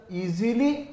easily